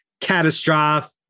catastrophe